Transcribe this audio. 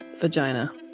vagina